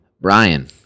brian